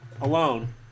Alone